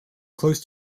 close